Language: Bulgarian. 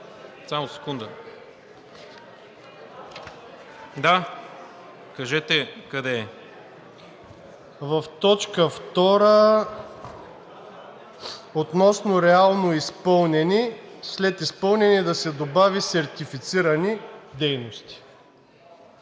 В т. 2 относно „реално изпълнени“ – след „изпълнени“ да се добави „сертифицирани дейности“.